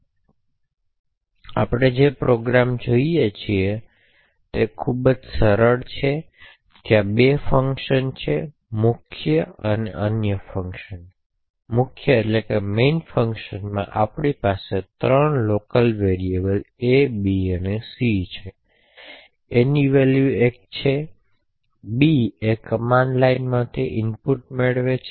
હવે આપણે જે પ્રોગ્રામ જોઈએ છીએ તે ખૂબ જ સરળ છે ત્યાં બે ફંકશન મુખ્ય અને અન્ય ફંક્શન છે મુખ્ય ફંકશનમાં આપણી પાસે ત્રણ લોકલ વેરીએબલો a b અને c છે a ની વેલ્યુ 1 છે b તે કમાંડ લાઈનમાંથી ઇનપુટ લે છે